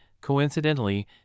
coincidentally